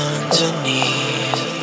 Underneath